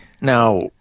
Now